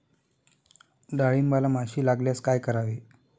डाळींबाला माशी लागल्यास काय करावे?